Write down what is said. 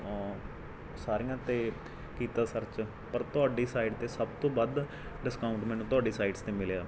ਸਾਰੀਆਂ 'ਤੇ ਕੀਤਾ ਸਰਚ ਪਰ ਤੁਹਾਡੀ ਸਾਈਟ 'ਤੇ ਸਭ ਤੋਂ ਵੱਧ ਡਿਸਕਾਉਂਟ ਮੈਨੂੰ ਤੁਹਾਡੀ ਸਾਈਟਸ 'ਤੇ ਮਿਲਿਆ